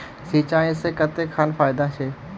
सिंचाई से कते खान फायदा छै?